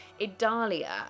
idalia